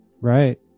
Right